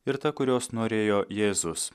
ir ta kurios norėjo jėzus